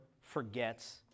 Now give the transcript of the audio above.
forgets